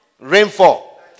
rainfall